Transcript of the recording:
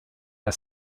are